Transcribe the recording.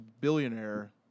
billionaire